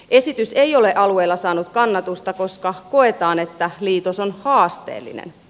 esitys ei ole alueella saanut kannatusta koska koetaan että liitos on haasteellinen